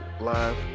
live